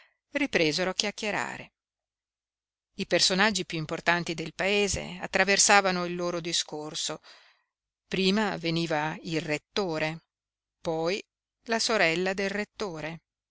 ripresero a chiacchierare i personaggi piú importanti del paese attraversavano il loro discorso prima veniva il rettore poi la sorella del rettore